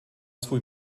svůj